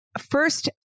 first